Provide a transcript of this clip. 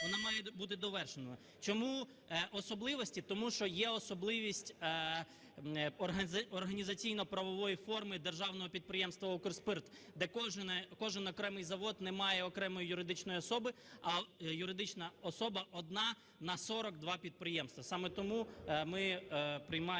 вона має бути довершеною. Чому особливості? Тому що є особливість організаційно-правової форми державного підприємства "Укрспирт", де кожен окремий завод не має окремо юридичної особи, а юридична особа одна на 42 підприємства. Саме тому ми приймаємо